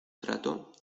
trato